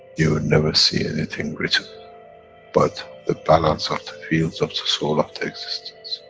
you will never see anything written but the balance of the fields of the soul of the existence.